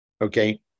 Okay